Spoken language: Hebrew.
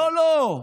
לא, לא,